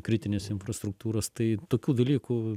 kritinės infrastruktūros tai tokių dalykų